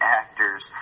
actors